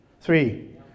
three